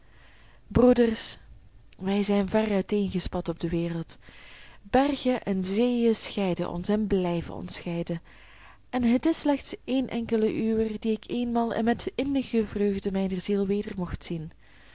broeders wij zijn ver uiteengespat op de wereld bergen en zeeën scheiden ons en blijven ons scheiden en het is slechts een enkele uwer dien ik eenmaal en met innige vreugd mijner ziel weder mocht zien